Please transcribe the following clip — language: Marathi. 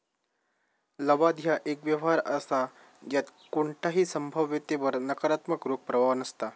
लवाद ह्या एक व्यवहार असा ज्यात कोणताही संभाव्यतेवर नकारात्मक रोख प्रवाह नसता